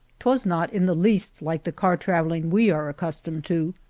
twas not in the least like the car-travelling we are accustomed to,